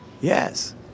yes